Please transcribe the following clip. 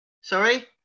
sorry